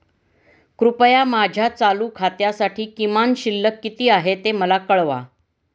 कृपया माझ्या चालू खात्यासाठी किमान शिल्लक किती आहे ते मला कळवा